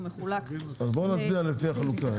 הוא מחולק לסעיף 1 וסעיף 2. אז בוא נצביע לפי החלוקה.